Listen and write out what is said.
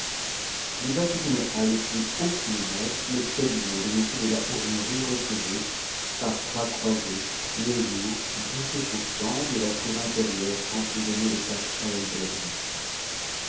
plus vaste qu'une halle et plus haut qu'une nef le cabinet de m de la hourmerie recevait par trois croisées le jour douteux pourtant de la cour intérieure qu'emprisonnaient les quatre ailes de la direction